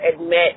admit